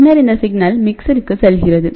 பின்னர் இந்த சிக்னல் மிக்சருக்கு செல்கிறது